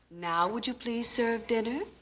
now would you please serve dinner? oh,